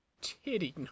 Titty